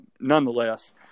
nonetheless